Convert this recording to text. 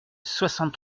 soixante